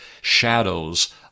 shadows